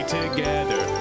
together